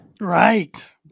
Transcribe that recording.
right